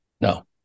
No